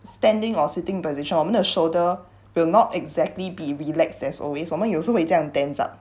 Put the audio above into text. standing or sitting position 我们的 shoulder will not exactly be relaxed as always 我们有时候会怎样 tense up